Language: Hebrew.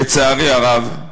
לצערי הרב,